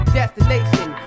destination